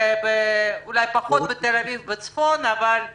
אולי פחות בתל אביב אבל באשקלון,